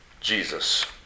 Jesus